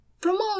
promote